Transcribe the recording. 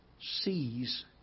sees